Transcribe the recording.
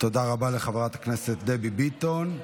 תודה רבה לחברת הכנסת דבי ביטון.